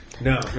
no